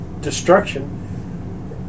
destruction